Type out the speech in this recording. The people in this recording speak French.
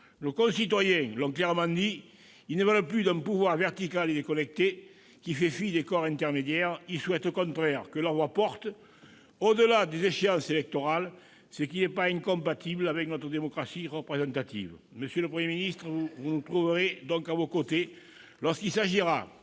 Nos concitoyens l'ont clairement dit, ils ne veulent plus d'un pouvoir vertical et déconnecté, qui fait fi des corps intermédiaires. Ils souhaitent, au contraire, que leur voix porte, au-delà des échéances électorales, ce qui n'est pas incompatible avec notre démocratie représentative. Monsieur le Premier ministre, vous nous trouverez donc à vos côtés lorsqu'il s'agira